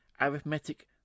arithmetic